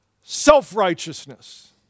self-righteousness